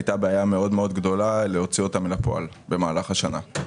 הייתה בעיה מאוד מאוד גדולה להוציא אותם אל הפועל במהלך השנה.